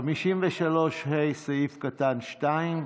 53(ה)(2).